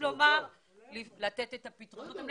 לתת את הפתרונות.